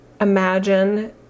imagine